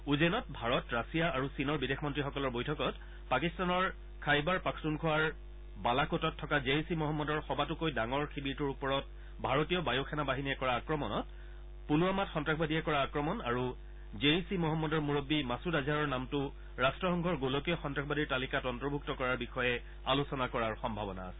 উঝেনত Bharat Russia আৰু চীনৰ বিদেশ মন্ত্ৰীসকলৰ বৈঠকত পাকিস্তানৰ খাইবাৰ পাখটুনখাৱাৰ বালাকোটত থকা জেইছ ই মহম্মদৰ সবাতকৈ ডাঙৰ শিবিৰটোৰ ওপৰত ভাৰতীয় বায় সেনা বাহিনীয়ে কৰা আক্ৰমণত পুলৱামাত সন্তাসবাদীয়ে কৰা আক্ৰমণ আৰু জেইছ ই মহম্মদৰ মুৰববী মাছুদ আজহাৰৰ নামটো ৰাট্টসংঘৰ গোলকীয় সন্তাসবাদীৰ তালিকাত অন্তৰ্ভুক্ত কৰাৰ বিষয়ে আলোচনা কৰাৰ সম্ভাৱনা আছে